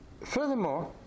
Furthermore